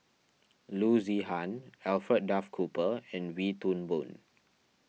Loo Zihan Alfred Duff Cooper and Wee Toon Boon